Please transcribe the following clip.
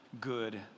good